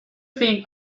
think